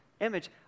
image